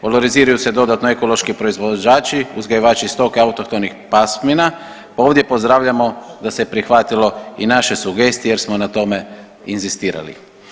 Valoriziraju se dodatno ekološki proizvođači, uzgajivači stoke autohtonih pasmina pa ovdje pozdravljamo da se prihvatilo i naše sugestije jer smo na tome inzistirali.